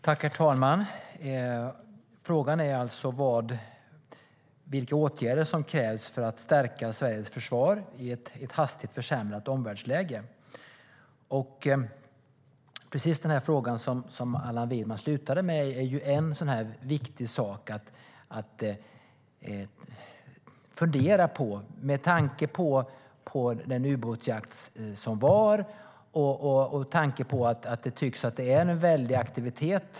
Herr talman! Frågan är alltså vilka åtgärder som krävs för att stärka Sveriges försvar i ett hastigt försämrat omvärldsläge. Precis den fråga som Allan Widman avslutade med är ju viktig att fundera över med tanke på den ubåtsjakt som var och med tanke på att det tycks vara en stor aktivitet.